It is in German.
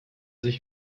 sich